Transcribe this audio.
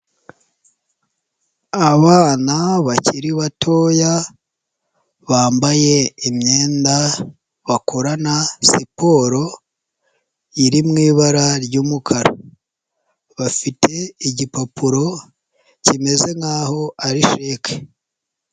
Abana bakiri batoya bambaye imyenda bakorana siporo, iri mu ibara ry'umukara, bafite igipapuro kimeze nkaho ari sheke.